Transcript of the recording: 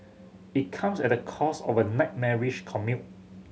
it comes at the cost of a nightmarish commute